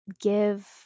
give